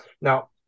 Now